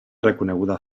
reconeguda